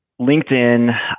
LinkedIn